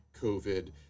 COVID